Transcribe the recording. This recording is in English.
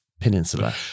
peninsula